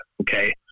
Okay